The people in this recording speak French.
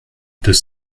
deux